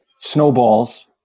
snowballs